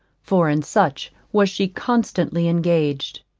for in such was she constantly engaged.